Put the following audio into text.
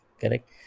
correct